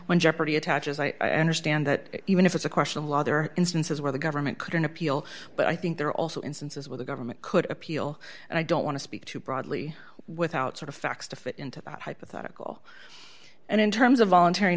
when jeopardy attaches i understand that even if it's a question of law there are instances where the government could appeal but i think there are also instances where the government could appeal and i don't want to speak too broadly without sort of facts to fit into that hypothetical and in terms of voluntar